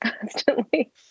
constantly